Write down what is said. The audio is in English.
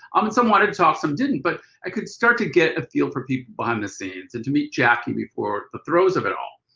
um and some wanted to talk some didn't. but ah could start to get a feel for people behind the scenes and to meet jackie before the throes of it all.